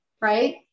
right